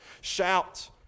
Shout